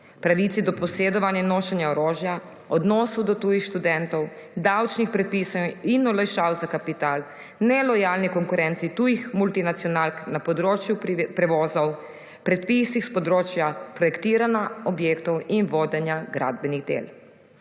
pravici do posedovanja in nošenja orožja, odnosu do tujih študentov, davčnih predpisov in olajšav za kapital, nelojalni konkurenci tujih multinacionalk na področju prevozov, predpisih s področja projektiranja objektov in vodenja gradbenih del.